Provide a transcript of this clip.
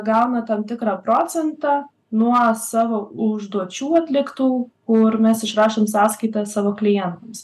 gauna tam tikrą procentą nuo savo užduočių atliktų kur mes išrašom sąskaitą savo klientams